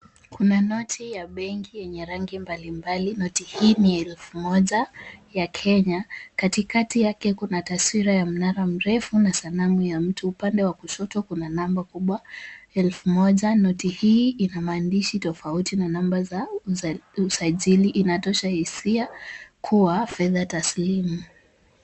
Kuna noti ya benki yenye rangi mbalimbali. Noti hii ni elfu moja ya Kenya, katikati yake kuna taswira ya mnara mrefu na sanamu ya mtu. Upande wa kushoto kuna namba kubwa elfu moja. Noti hii ina maandishi tofauti na namba za usajili inatosha hisia kuwa fedha taslimu.